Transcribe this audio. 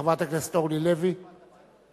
חברת הכנסת אורלי לוי אבקסיס.